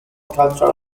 cultural